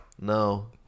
No